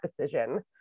decision